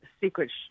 secret